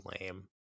lame